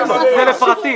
על משכורת,